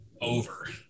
over